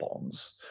bonds